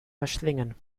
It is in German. verschlingen